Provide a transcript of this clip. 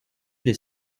des